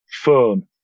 phone